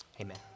Amen